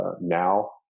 now